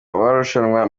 barushanwa